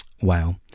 Wow